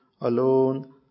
alone